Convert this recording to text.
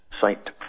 Site